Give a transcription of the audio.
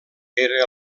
era